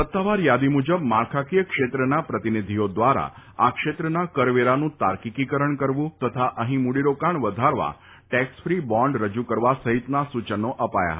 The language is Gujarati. સત્તાવાર થાદી મુજબ માળખાકીય ક્ષેત્રના પ્રતિનિધિઓ દ્વારા આ ક્ષેત્રના કરવેરાનું તાક્કિકિકરણ કરવું તથા અફીં મૂડીરોકાણ વધારવા ટેક્ષ ફી બોન્ડ રજુ કરવા સફિતના સૂચનો અપાયા ફતા